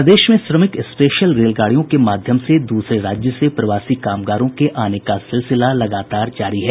प्रदेश में श्रमिक स्पेशल रेलगाड़ियों के माध्यम से दूसरे राज्य से प्रवासी कामगारों के आने का सिलसिला लगातार जारी है